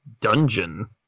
dungeon